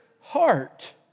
heart